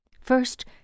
First